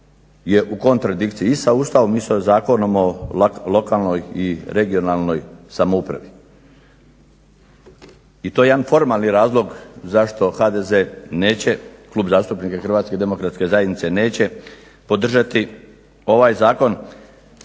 je u kontradikciji i sa Ustavom i sa Zakonom o lokalnoj i regionalnoj samoupravi. I to jedan formalni razlog zašto HDZ neće, Klub zastupnika HDZ neće podržati ovaj zakon.